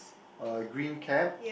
uh green cap